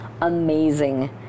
amazing